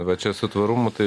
va čia su tvarumu tai